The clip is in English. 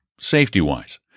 safety-wise